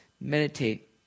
meditate